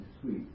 sweet